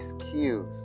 excuse